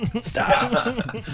stop